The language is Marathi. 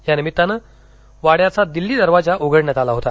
त्यानिमित्ताने वाङ्याचा दिल्ली दरवाजा उघडण्यात आला होता